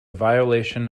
violation